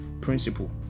principle